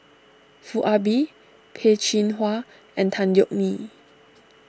Foo Ah Bee Peh Chin Hua and Tan Yeok Nee